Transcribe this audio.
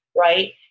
Right